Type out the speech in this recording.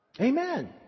Amen